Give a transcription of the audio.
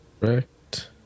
Right